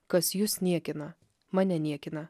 kas jus niekina mane niekina